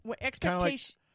Expectations